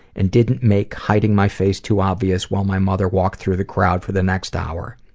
and didn't make hiding my face too obvious while my mother walked through the crowd for the next hour.